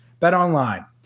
BetOnline